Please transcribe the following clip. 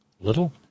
Little